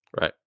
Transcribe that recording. right